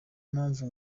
mpamvu